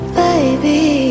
baby